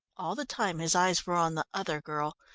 all the time his eyes were on the other girl.